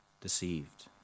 deceived